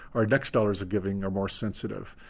our next dollars of giving are more sensitive.